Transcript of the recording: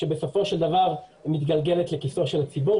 שבסופו של דבר מתגלגלת לכיסו של הציבור.